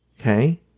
okay